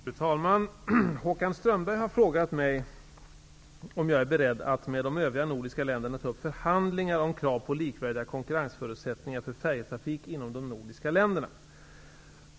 Fru talman! Håkan Strömberg har frågat mig om jag är beredd att med de övriga nordiska länderna ta upp förhandlingar om krav på likvärdiga konkurrensförutsättningar för färjetrafik inom de nordiska länderna.